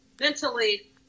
mentally